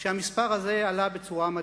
שהמספר הזה גדל בצורה מדאיגה.